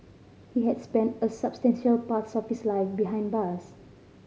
he had spent a substantial parts of his life behind bars